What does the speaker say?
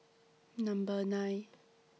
Number nine